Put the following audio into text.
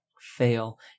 Fail